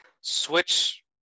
switch